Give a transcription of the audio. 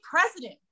president